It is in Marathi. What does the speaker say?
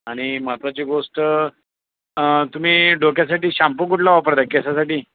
आणि महत्वाची गोष्ट तुम्ही डोक्यासाठी शाम्पू कुठला वापरता केसासाठी